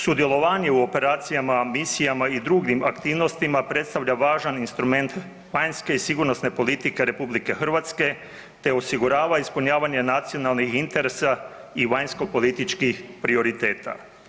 Sudjelovanje u operacijama, misijama i drugim aktivnostima, predstavlja važan instrument vanjske i sigurnosne politike RH te osigurava ispunjavanje nacionalnih interesa i vanjskopolitičkih prioriteta.